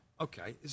Okay